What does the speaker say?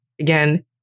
again